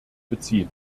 beziehen